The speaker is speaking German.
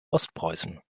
ostpreußen